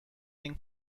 این